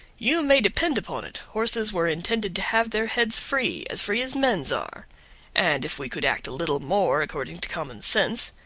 you may depend upon it, horses were intended to have their heads free, as free as men's are and if we could act a little more according to common sense,